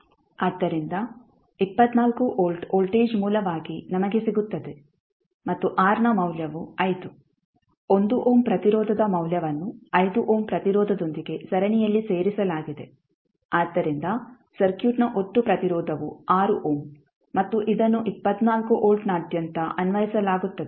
ಆದ್ದರಿಂದ 24 volt voltage ಮೂಲವಾಗಿ ನಮಗೆ ಸಿಗುತ್ತದೆ ಮತ್ತು R ನ ಮೌಲ್ಯವು 5 1 ಓಮ್ ಪ್ರತಿರೋಧದ ಮೌಲ್ಯವನ್ನು 5 ಓಮ್ ಪ್ರತಿರೋಧದೊಂದಿಗೆ ಸರಣಿಯಲ್ಲಿ ಸೇರಿಸಲಾಗಿದೆ ಆದ್ದರಿಂದ ಸರ್ಕ್ಯೂಟ್ನ ಒಟ್ಟು ಪ್ರತಿರೋಧವು 6 ಓಮ್ ಮತ್ತು ಇದನ್ನು 24 ವೋಲ್ಟ್ನಾದ್ಯಂತ ಅನ್ವಯಿಸಲಾಗುತ್ತದೆ